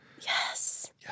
Yes